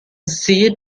see